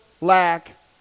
lack